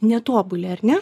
netobuli ar ne